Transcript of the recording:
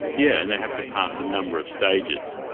yeah and they have to pass a number of stages.